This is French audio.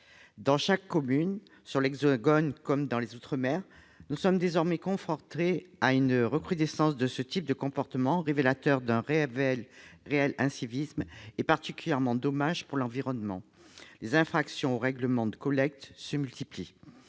Dans chaque commune, dans l'Hexagone comme dans les outre-mer, nous sommes désormais confrontés à la recrudescence d'un comportement révélateur d'un réel incivisme et particulièrement dommageable pour l'environnement. Les infractions aux règlements de collecte se multiplient.